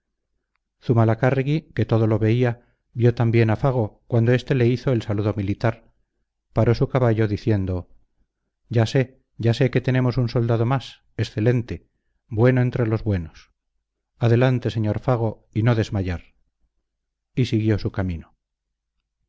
zumalacárregui que todo lo veía vio también a fago cuando éste le hizo el saludo militar paró su caballo diciendo ya sé ya sé que tenemos un soldado más excelente bueno entre los buenos adelante sr fago y no desmayar y siguió su camino